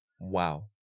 Wow